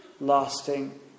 lasting